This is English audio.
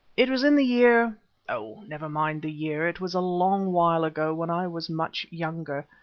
it was in the year oh! never mind the year, it was a long while ago when i was much younger,